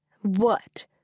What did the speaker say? What